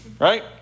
right